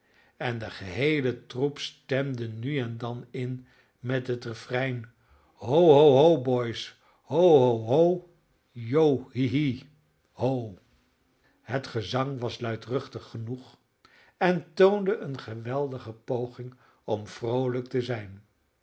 en de geheele troep stemde nu en dan in met het refrein ho ho ho boys ho ho yo hi hi oh het gezang was luidruchtig genoeg en toonde een geweldige poging om vroolijk te zijn